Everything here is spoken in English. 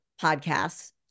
podcasts